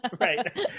Right